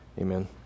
Amen